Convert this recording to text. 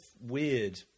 weird